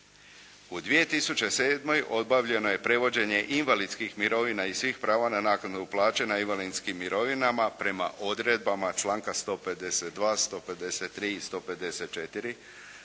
U 2007. obavljeno je prevođenje invalidskih mirovina i svih prava na naknadu u plaće na invalidskim mirovinama prema odredbama članka 152., 153. i 154.